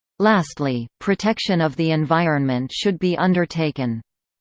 lastly, protection of the environment should be undertaken.